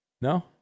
No